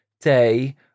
day